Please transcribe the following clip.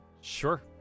Sure